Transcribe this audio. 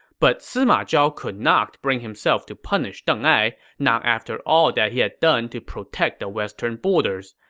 but sima zhao could not bring himself to punish deng ai, not after all that he had done to protect the western borders.